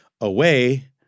away